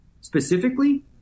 specifically